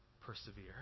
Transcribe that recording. persevere